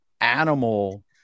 animal